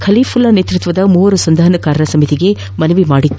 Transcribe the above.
ಕಲಿಫುಲ್ಡಾ ನೇತ್ಪತ್ನದ ಮೂವರು ಸಂಧಾನಕಾರರ ಸಮಿತಿಗೆ ಮನವಿ ಮಾಡಿತ್ತು